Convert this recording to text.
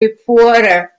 reporter